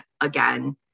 again